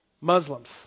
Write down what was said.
Muslims